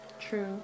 True